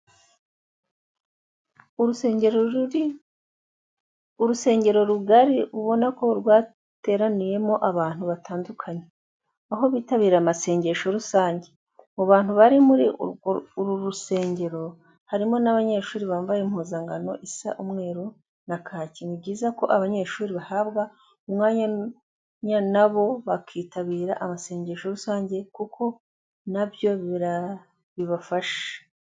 Urusengero rugari ubona ko rwateraniyemo abantu batandukanye, aho bitabiriye amasengesho rusange. Mu bantu bari muri uru rusengero harimo n'abanyeshuri bambaye impuzankano isa umweru na kake. Ni byiza ko abanyeshuri bahabwa umwanya na bo bakitabira amasengesho rusange kuko na byo bibafasha.